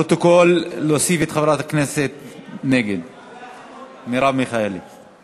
לפרוטוקול, להוסיף את חברת הכנסת מרב מיכאלי נגד.